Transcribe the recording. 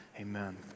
Amen